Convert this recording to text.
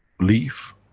leaf,